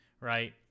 right